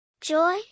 Joy